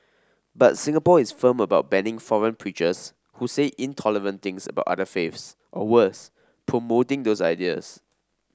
but Singapore is firm about banning foreign preachers who say intolerant things about other faiths or worse promoting those ideas